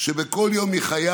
שבכל יום מחיי